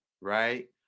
right